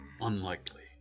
Unlikely